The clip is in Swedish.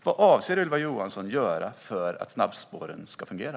Vad avser Ylva Johansson att göra för att snabbspåren ska fungera?